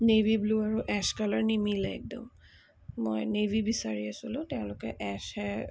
navy blue আৰু ash colour নিমিলে একদম মই নেভি বিচাৰি আছিলোঁ তেওঁলোকে এছ হে